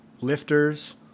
lifters